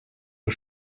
des